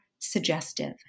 Suggestive